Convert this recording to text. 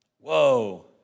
Whoa